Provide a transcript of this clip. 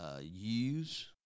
use